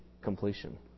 completion